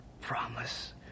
promise